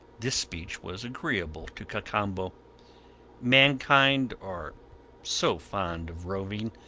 this speech was agreeable to cacambo mankind are so fond of roving,